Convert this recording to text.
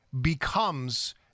becomes